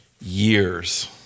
years